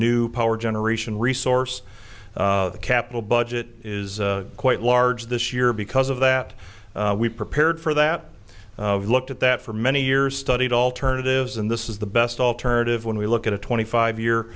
new power generation resource capital budget is quite large this year because of that we prepared for that looked at that for many years studied alternatives and this is the best alternative when we look at a twenty five year